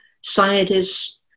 scientists